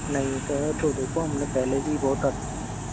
नहीं सर तो देखो हमने पहले ही बहुत अच्छे